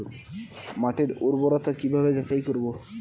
মাটির উর্বরতা কি ভাবে যাচাই করব?